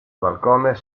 balcones